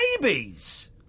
babies